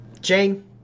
Jane